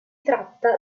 tratta